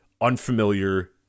unfamiliar